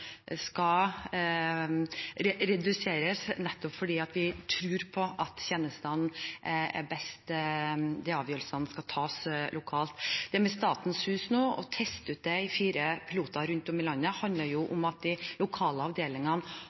skal reduseres – nettopp fordi vi tror på at tjenestene er best tjent med at avgjørelsene tas lokalt. Når det gjelder Statens hus og å teste ut det i fire piloter rundt om i landet, handler det om at de lokale avdelingene